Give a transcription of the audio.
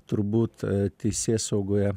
turbūt teisėsaugoje